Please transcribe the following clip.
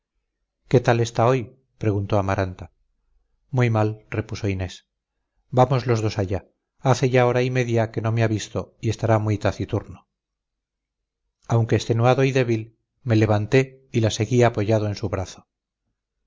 qué tal está hoy preguntó amaranta muy mal repuso inés vamos los dos allá hace ya hora y media que no me ha visto y estará muy taciturno aunque extenuado y débil me levanté y la seguí apoyado en su brazo